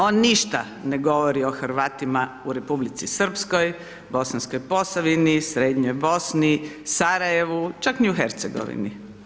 O ništa ne govori o Hrvatima u Republici Srpskoj, Bosanskoj Posavini, srednjoj Bosni, Sarajevu čak ni u Hercegovini.